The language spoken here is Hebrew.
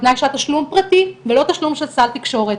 בתנאי שזה תשלום פרטי, ולא תשלום של סל תקשורת.